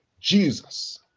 Jesus